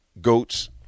goats